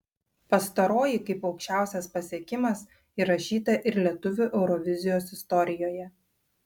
pastaroji kaip aukščiausias pasiekimas įrašyta ir lietuvių eurovizijos istorijoje